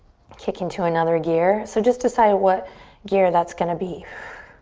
kick into another gear so just decide what gear that's gonna be.